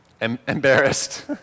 Embarrassed